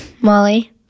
Molly